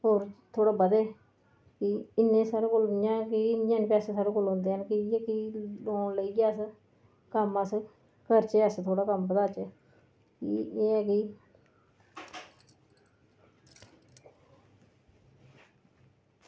होर थोह्ड़ा बधै ते इ'यां कि इ'यां कि साढ़े कोल पैसे निं औंदे न की इ'यै कि लोन लेइयै अस कम्म करचै थोह्ड़ा अस बधाचै कि एह् ऐ की